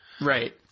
Right